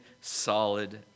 solid